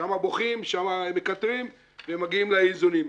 שם בוכים, שם מקטרים ומגיעים לאיזונים.